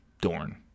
Dorn